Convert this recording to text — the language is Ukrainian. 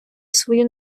свою